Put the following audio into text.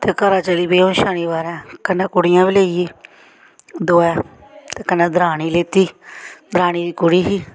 फिर घरा चली पे अस शनीबारे कन्नै कुडियां बी लेई गै दोऐ ते कन्ने दरानी बी लेती दरानी दी कुड़ी ही